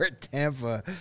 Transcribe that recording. Tampa